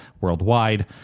worldwide